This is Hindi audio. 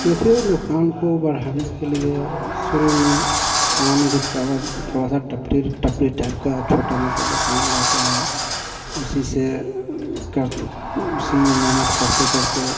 देखिए दुकान को बढ़ाने के लिए शुरू में पान गुटखा का थोड़ा सा टपरिर टपरी टाइप का छोटा मोटा दुकान रहता है उसी से कर उसी में मेहनत करते करते